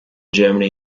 germany